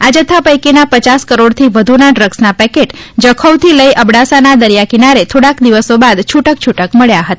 આ જથ્થા પૈકીના પયાસ કરોડથી વધુના ડ્રગ્સના પેકેટ જખૌથી લઈ અબડાસાના દરિયાકાંઠે થોડાંક દિવસો બાદ છૂટક છૂટક મળયા હતા